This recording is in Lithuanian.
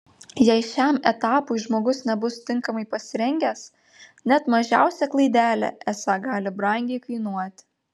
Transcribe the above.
jei šiam etapui žmogus nebus tinkamai pasirengęs net mažiausia klaidelė esą gali brangiai kainuoti